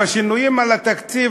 בשינויים בתקציב,